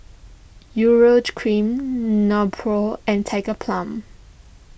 Urea Cream Nepro and Tigerbalm